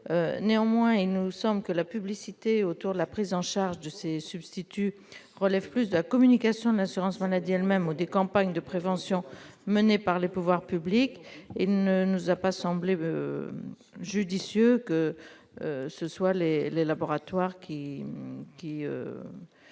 Néanmoins, il nous semble que la publicité autour de la prise en charge de ces substituts doit relever de la communication de l'assurance maladie elle-même ou des campagnes de prévention menées par les pouvoirs publics. Il ne nous a pas semblé judicieux que les laboratoires